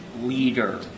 leader